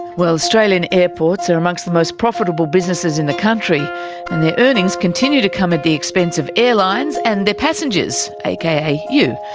well, australian airports are amongst the most profitable businesses in the country, and their earnings continued to come at the expense of airlines and their passengers, a like a. you.